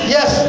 Yes